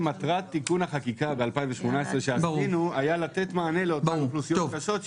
מטרת תיקון החקיקה ב-2018 שעשינו הייתה לתת מענה לאותן אוכלוסיות קשות.